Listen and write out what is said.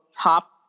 top